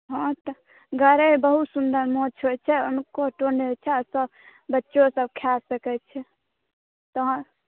हॅं तव गरइ बहुत सुन्दर माछ होइ छै ओहिमे काँटो नहि होइ छै आ बच्चासभ खा सकै छै तहन